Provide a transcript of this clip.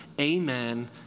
Amen